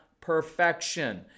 perfection